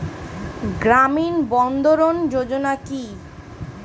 গ্রামীণ বন্ধরন যোজনা কি?